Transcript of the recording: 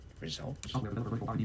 results